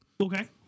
Okay